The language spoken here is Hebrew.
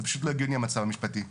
זה פשוט לא הגיוני המצב המשפטי.